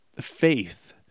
faith